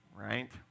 right